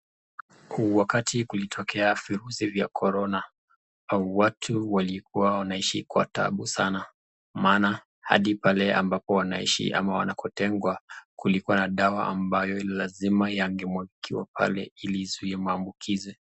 Wakati kulitokea virusi vya corona, watu walikuwa wanaishia kwa taabu sana, maana hadi pale ambapo wanaishi ama wanakotengwa kulikuwa na dawa ambayo lazima yangemwagiwa pale ili yazuie maambukizi.